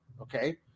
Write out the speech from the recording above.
Okay